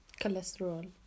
Cholesterol